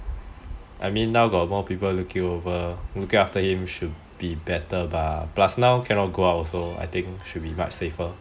I mean now got more people looking over looking after him should be better bah plus now cannot go out also so I think should be much safer